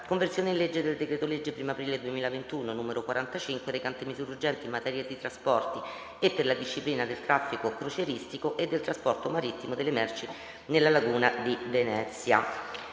«Conversione in legge del decreto-legge 1[o] aprile 2021, n. 45, recante misure urgenti in materia di trasporti e per la disciplina del traffico crocieristico e del trasporto marittimo delle merci nella laguna di Venezia»